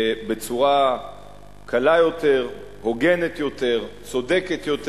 בצורה קלה יותר, הוגנת יותר, צודקת יותר.